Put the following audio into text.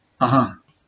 (uh huh)